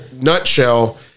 nutshell